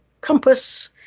compass